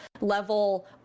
level